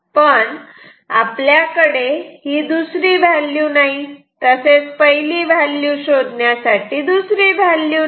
पण आपल्याकडे ही दुसरी व्हॅल्यू नाही तसेच पहिली व्हॅल्यू शोधण्यासाठी दुसरी व्हॅल्यू नाही